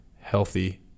healthy